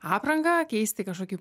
aprangą keisti kažkokį